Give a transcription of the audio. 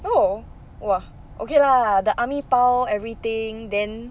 oh !wah! okay lah the army 包 everything then